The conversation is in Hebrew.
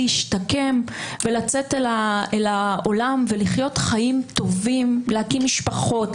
להשתקם ולצאת אל העולם ולחיות חיים טובים: להקים משפחות,